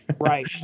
Right